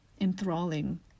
enthralling